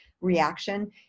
reaction